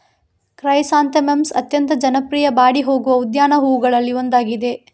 chrysanthemums ಅತ್ಯಂತ ಜನಪ್ರಿಯ ಬಾಡಿ ಹೋಗುವ ಉದ್ಯಾನ ಹೂವುಗಳಲ್ಲಿ ಒಂದಾಗಿದೆ